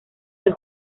del